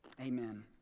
amen